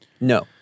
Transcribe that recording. No